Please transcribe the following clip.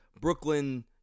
Brooklyn